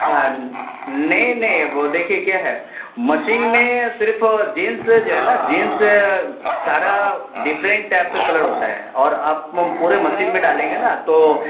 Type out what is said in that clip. ہاں نہیں نہیں وہ دیکھیے کیا ہے مشین میں صرف جینس جو ہے نا جینس سارا ڈفرینٹ ٹائپ کا کلر ہوتا ہے اور آپ پورے مشین میں ڈالیں گے نا تو